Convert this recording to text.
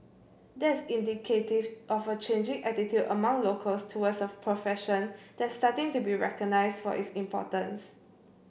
that's indicative of a changing attitude among locals towards a profession that's starting to be recognised for its importance